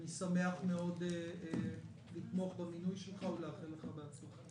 אני שמח מאוד לתמוך במינוי שלך ולאחל לך בהצלחה.